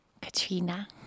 Katrina